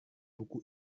buku